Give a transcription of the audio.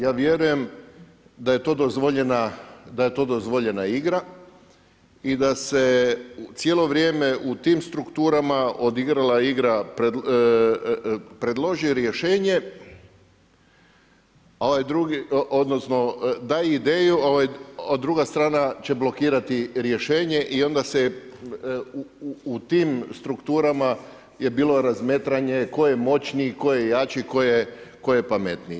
Ja vjerujem da je to dozvoljena igra i da se cijelo vrijeme u tim strukturama odigrala igra predloži rješenje, odnosno daj ideju, a druga strana će blokirati rješenje i onda se u tim strukturama je bilo razmatranje tko je moćniji, tko je jači, tko je pametniji.